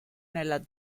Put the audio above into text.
nella